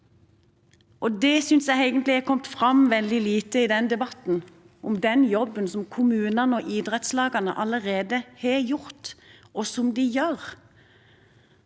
Jeg synes egentlig det har kommet veldig lite fram i denne debatten – den jobben som kommunene og idrettslagene allerede har gjort, og som de gjør.